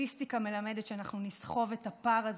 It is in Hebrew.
הסטטיסטיקה מלמדת שאנחנו נסחב את הפער הזה,